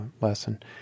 lesson